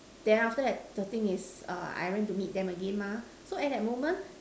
then after that the thing is err I went to meet them again mah so at that moment